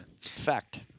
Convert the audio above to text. Fact